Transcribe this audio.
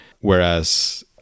whereas